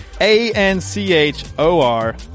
A-N-C-H-O-R